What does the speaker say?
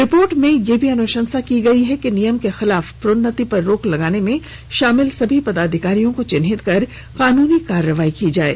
report में यह भी अनुशंसा की गयी है कि नियम के खिलाफ प्रोन्नति पर रोक लगाने में शामिल सभी पदाधिकारियों को चिह्नित कर कानूनी कार्रवाई की जाये